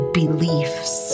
beliefs